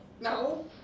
No